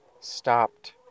stopped